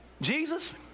Jesus